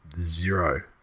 Zero